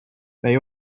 they